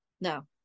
no